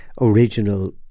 original